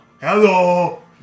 Hello